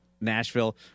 Nashville